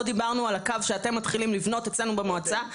לא דברנו על הקו שאתם מתחילים לבנות אצלנו במועצה.